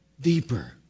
deeper